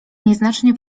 nieznacznie